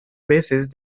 veces